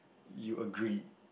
you agreed